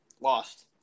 lost